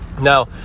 Now